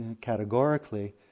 categorically